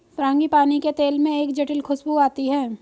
frangipani के तेल में एक जटिल खूशबू आती है